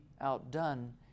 outdone